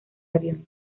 avión